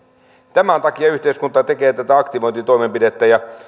tämän takia yhteiskunta tekee tätä aktivointitoimenpidettä ja